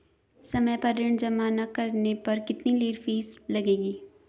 समय पर ऋण जमा न करने पर कितनी लेट फीस लगेगी?